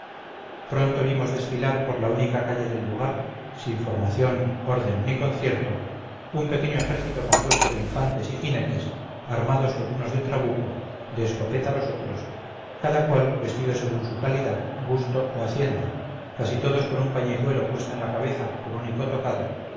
pronto vimos desfilar por la única calle del lugar sin formación orden ni concierto un pequeño ejército compuesto de infantes y jinetes armados los unos de trabuco de escopeta los otros cada cual vestido según su calidad gusto o hacienda casi todos con un pañizuelo puesto en la cabeza por único tocado